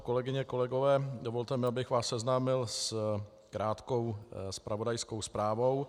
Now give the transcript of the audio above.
Kolegyně a kolegové, dovolte mi, abych vás seznámil s krátkou zpravodajskou zprávou.